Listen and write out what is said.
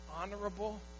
honorable